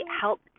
help